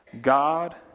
God